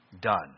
done